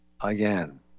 again